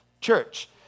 church